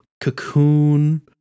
Cocoon